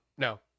no